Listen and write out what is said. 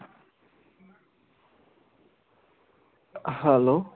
hello